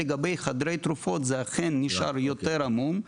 לגבי חדרי תרופות זה אכן נשאר יותר עמום,